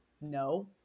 no